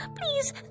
please